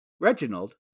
Reginald